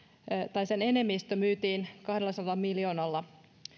tai sen enemmistö myytiin kahdellasadalla miljoonalla